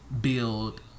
build